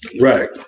Right